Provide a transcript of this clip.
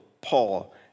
Paul